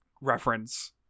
reference